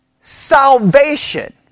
salvation